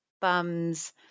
bums